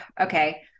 okay